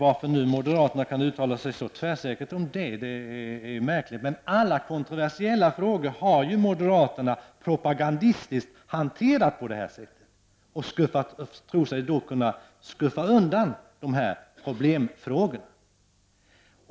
Att moderaterna kan uttala sig så tvärsäkert om det är märkligt, men alla kontroversiella frågor har moderaterna propagandistiskt hanterat på det sättet. De tror sig kunna skuffa undan problemfrågorna.